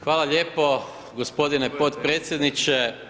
Hvala lijepo gospodine potpredsjedniče.